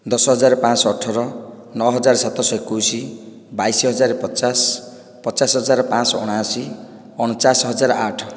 ଦଶହଜାର ପାଞ୍ଚଶହ ଅଠର ନଅ ହଜାର ସାତଶହ ଏକୋଇଶ ବାଇଶି ହଜାର ପଚାଶ ପଚାଶ ହଜାର ପାଞ୍ଚଶହ ଅଣାଅଶୀ ଅଣଚାଶ ହଜାର ଆଠ